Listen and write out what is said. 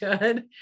good